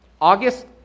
August